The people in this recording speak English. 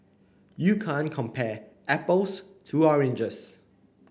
you can't compare apples to oranges